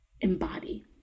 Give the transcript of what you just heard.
embody